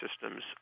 systems